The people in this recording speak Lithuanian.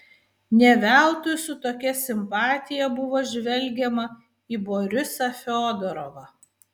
ne veltui su tokia simpatija buvo žvelgiama į borisą fiodorovą